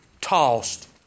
tossed